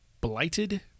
blighted